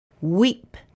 Weep